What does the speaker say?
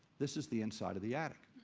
this is the inside of the attic.